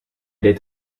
deed